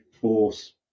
force